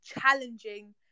challenging